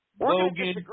Logan